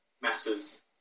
matters